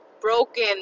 broken